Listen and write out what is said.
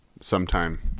sometime